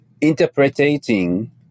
interpreting